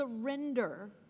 surrender